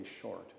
short